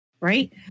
right